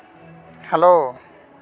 hello